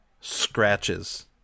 scratches